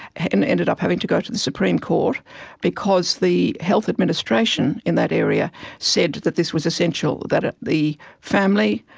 and ended up having to go to the supreme court because the health administration in that area said that this was essential, that ah the family,